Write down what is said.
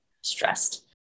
stressed